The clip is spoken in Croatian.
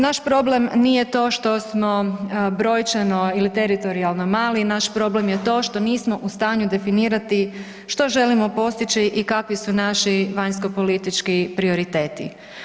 Naš problem nije to što smo brojčano ili teritorijalno mali, naš problem je to što nismo u stanju definirati što želimo postići i kakvi su naši vanjskopolitički prioriteti.